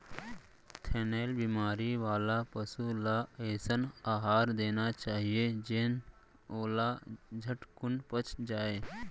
थनैल बेमारी वाला पसु ल अइसन अहार देना चाही जेन ओला झटकुन पच जाय